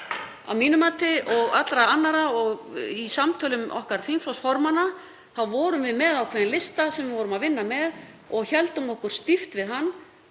að mínu mati og allra annarra. Í samtölum okkar þingflokksformanna vorum við með ákveðinn lista sem við vorum að vinna með og héldum okkur stíft við hann.